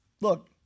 Look